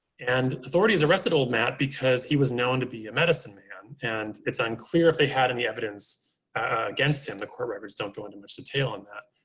and authorities arrested old matt because he was known to be a medicine man. and it's unclear if they had any evidence against him. the court records don't go into much detail on that.